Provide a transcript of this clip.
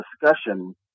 discussion